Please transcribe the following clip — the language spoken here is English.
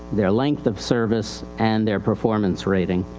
their length of service and their performance rating.